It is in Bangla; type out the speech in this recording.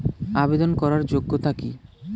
আবেদন করার যোগ্যতা কি?